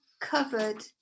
covered